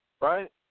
right